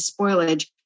spoilage